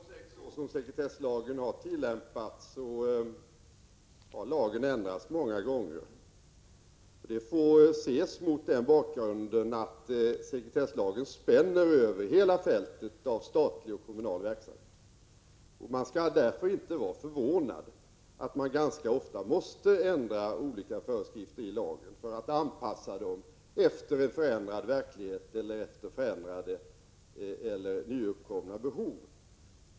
Herr talman! Under de sex år som sekretesslagen har tillämpats har lagen ändrats många gånger. Detta får ses mot bakgrund av att sekretesslagen spänner över hela fältet av statlig och kommunal verksamhet. Man skall därför inte vara förvånad över att föreskrifterna i lagen ganska ofta måste ändras, som en anpassning till en förändrad verklighet och efter skiftande eller nyuppkomna behov.